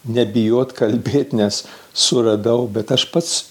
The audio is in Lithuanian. nebijot kalbėt nes suradau bet aš pats